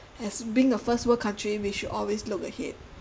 as being a first world country we should always look ahead